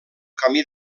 camí